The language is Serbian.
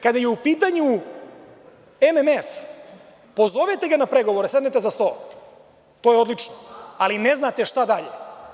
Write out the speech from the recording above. Kada je u pitanju MMF, pozovete ga na pregovore, sednete za sto, to je odlično, ali ne znate šta dalje.